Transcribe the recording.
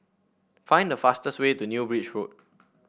find the fastest way to New Bridge Road